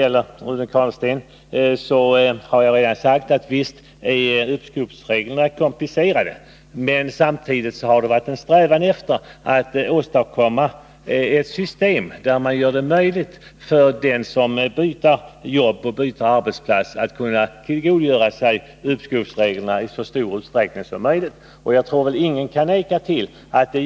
Till Rune Carlstein vill jag säga att jag redan har framhållit att uppskovsreglerna visst är komplicerade men att det samtidigt har varit en strävan att åstadkomma ett system, där man gör det möjligt för den som byter jobb och arbetsplats att i så stor utsträckning som möjligt dra fördel av dessa regler.